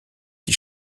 qui